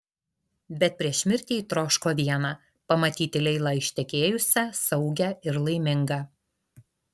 bet prieš mirtį ji troško viena pamatyti leilą ištekėjusią saugią ir laimingą